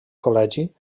col·legi